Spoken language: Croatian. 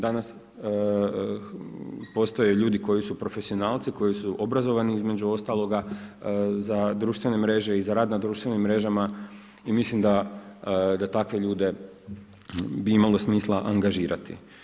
Danas postoje ljudi koji su profesionalci, koji su obrazovani između ostaloga za društvene mreže i za rad na društvenim mrežama i mislim da takve ljude bi imalo smisla angažirati.